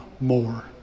more